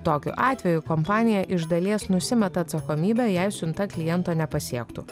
tokiu atveju kompanija iš dalies nusimeta atsakomybę jei siunta kliento nepasiektų